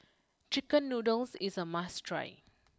Chicken Noodles is a must try